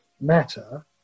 matter